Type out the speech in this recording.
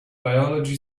biology